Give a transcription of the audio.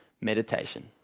meditation